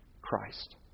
Christ